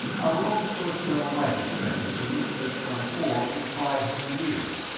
our own first level life expectancy is from four to five hundred years.